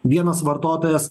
vienas vartotojas